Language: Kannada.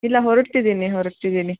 ಇಲ್ಲ ಹೊರಡ್ತಿದೀನಿ ಹೊರಡ್ತಿದೀನಿ